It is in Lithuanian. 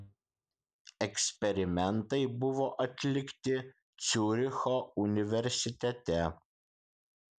eksperimentai buvo atlikti ciuricho universitete